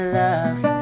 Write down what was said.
love